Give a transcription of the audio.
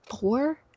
four